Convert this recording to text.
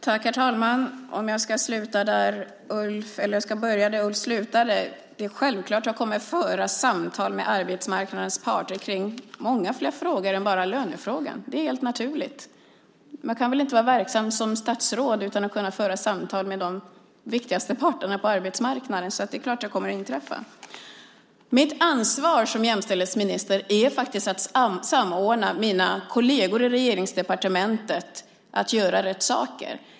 Herr talman! Jag börjar där Ulf slutade. Det är självklart att jag kommer att föra samtal med arbetsmarknadens parter kring många fler frågor än bara lönefrågan. Det är helt naturligt. Man kan väl inte vara verksam som statsråd utan att kunna föra samtal med de viktigaste parterna på arbetsmarknaden. Det är klart att det kommer att inträffa. Mitt ansvar som jämställdhetsminister är faktiskt att samordna mina kolleger i regeringsdepartementet, att göra rätt saker.